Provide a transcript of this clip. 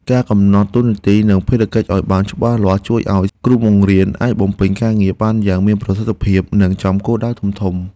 ការកំណត់តួនាទីនិងភារកិច្ចឱ្យបានច្បាស់លាស់ជួយឱ្យគ្រូបង្រៀនអាចបំពេញការងារបានយ៉ាងមានប្រសិទ្ធភាពនិងចំគោលដៅធំៗ។